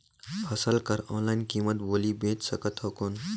फसल कर ऑनलाइन कीमत बोली बेच सकथव कौन?